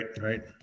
right